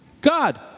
God